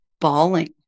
bawling